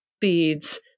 beads